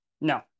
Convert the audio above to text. No